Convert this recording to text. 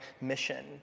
mission